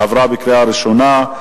עברה בקריאה ראשונה,